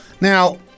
Now